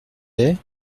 est